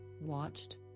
watched